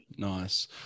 Nice